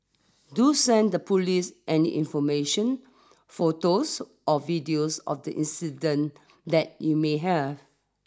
do send the police any information photos or videos of the incident that you may have